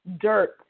dirt